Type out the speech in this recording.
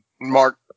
mark